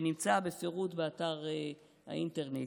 שנמצא בפירוט באתר האינטרנט.